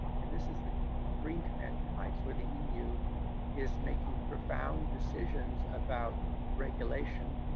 and this is the green commanding heights where the eu is making profound decisions about regulation,